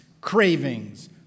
cravings